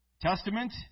Testament